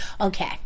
okay